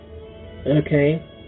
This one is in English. okay